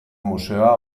museoa